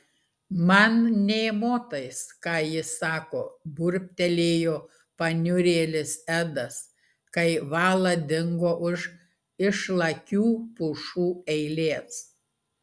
man nė motais ką ji sako burbtelėjo paniurėlis edas kai vala dingo už išlakių pušų eilės